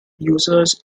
users